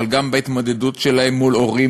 אבל גם בהתמודדות שלהם עם הורים,